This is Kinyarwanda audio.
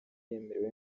yemerewe